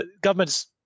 governments